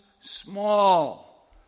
small